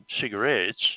cigarettes